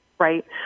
Right